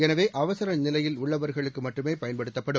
எனவே அவசர நிலையில் உள்ளவர்களுக்கு மட்டுமே பயன்படுத்தப்படும்